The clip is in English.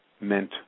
meant